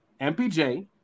MPJ